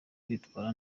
kwitwara